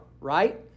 right